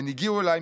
הן הגיעו אליי,